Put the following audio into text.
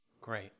Great